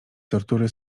tortury